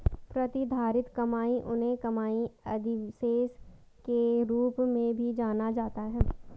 प्रतिधारित कमाई उन्हें कमाई अधिशेष के रूप में भी जाना जाता है